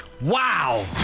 Wow